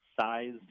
size